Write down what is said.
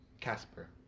Casper